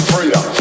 Freedom